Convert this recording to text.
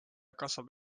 kasvab